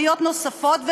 עליות נוספות,